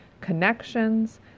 connections